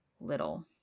little